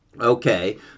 Okay